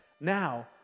Now